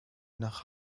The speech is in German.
nach